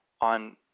on